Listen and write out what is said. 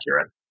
accurate